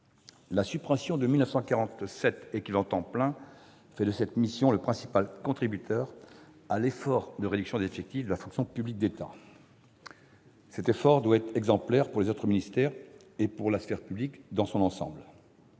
La suppression de 1 947 équivalents temps plein fait de cette mission le principal contributeur à l'effort de réduction des effectifs de la fonction publique d'État. Cet effort doit avoir valeur d'exemple pour les autres ministères et pour la sphère publique dans son ensemble.